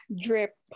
drip